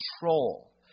control